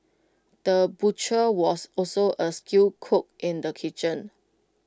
the butcher was also A skilled cook in the kitchen